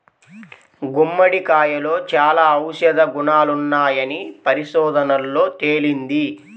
గుమ్మడికాయలో చాలా ఔషధ గుణాలున్నాయని పరిశోధనల్లో తేలింది